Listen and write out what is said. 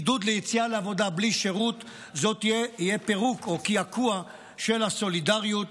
עידוד ליציאה לעבודה בלי שירות זה יהיה פירוק או קעקוע של הסולידריות.